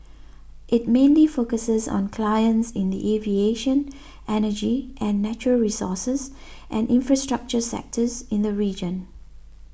it mainly focuses on clients in the aviation energy and natural resources and infrastructure sectors in the region